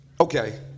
Okay